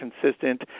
consistent